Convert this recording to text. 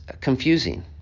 confusing